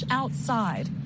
outside